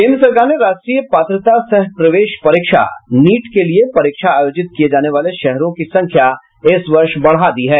केन्द्र सरकार ने राष्ट्रीय पात्रता सह प्रवेश परीक्षा नीट के लिए परीक्षा आयोजित किए जाने वाले शहरों की संख्या इस वर्ष बढ़ा दी है